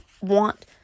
want